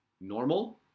normal